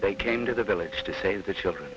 they came to the village to save the children